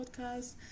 podcast